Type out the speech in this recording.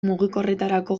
mugikorretarako